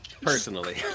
personally